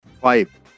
Five